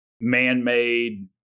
man-made